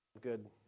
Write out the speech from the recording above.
good